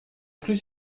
plus